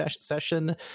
session